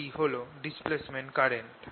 I হল displacement current